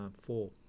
four